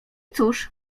cóż